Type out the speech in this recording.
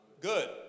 Good